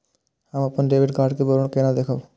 हम अपन debit card के विवरण केना देखब?